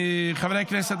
חברי הכנסת,